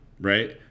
right